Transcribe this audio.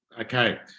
Okay